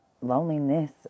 loneliness